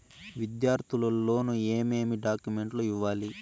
విద్యార్థులు లోను ఏమేమి డాక్యుమెంట్లు ఇవ్వాలి?